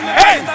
hey